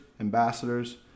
ambassadors